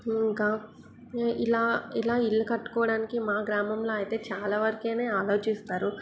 ఇంకా ఇలా ఇలా ఇళ్ళు కట్టుకోవడానికి మా గ్రామంలో ఐతే చాలా వరకు ఆలోచిస్తారు